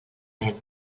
vent